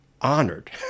honored